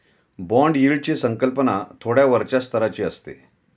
bond यील्डची संकल्पना थोड्या वरच्या स्तराची असते